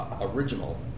original